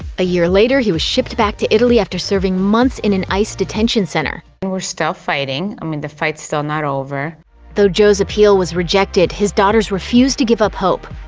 a year later, he was shipped back to italy after serving months in an ice detention center. we're still fighting. i mean the fight's still not over though joe's appeal was rejected, his daughters refuse to give up hope.